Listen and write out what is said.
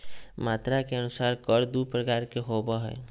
मात्रा के अनुसार कर दू प्रकार के होबो हइ